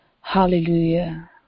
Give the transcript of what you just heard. Hallelujah